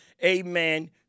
Amen